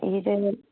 இது